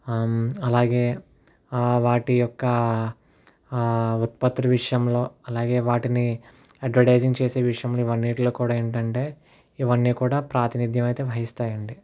అలాగే వాటి యొక్క ఉత్పత్తుల విషయంలో అలాగే వాటిని అడ్వేర్టైజింగ్ చేసే విషయంలో ఇవన్నిట్లో కూడా ఏంటంటే ఇవన్నీ కూడా ప్రాతినిధ్యం అయితే వహిస్తాయండీ